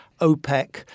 OPEC